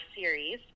series